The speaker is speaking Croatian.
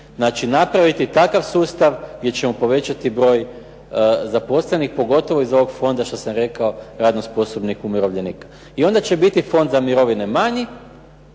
Znači, napraviti takav sustav gdje ćemo povećati broj zaposlenih pogotovo iz ovog fonda što sam rekao radno sposobnih umirovljenika. I onda će biti fond za mirovine manji